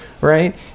right